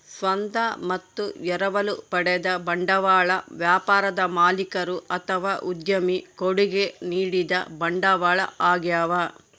ಸ್ವಂತ ಮತ್ತು ಎರವಲು ಪಡೆದ ಬಂಡವಾಳ ವ್ಯಾಪಾರದ ಮಾಲೀಕರು ಅಥವಾ ಉದ್ಯಮಿ ಕೊಡುಗೆ ನೀಡಿದ ಬಂಡವಾಳ ಆಗ್ಯವ